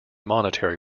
monetary